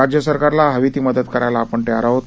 राज्यसरकारला हवी ती मदत करायला आपण तयार आहोत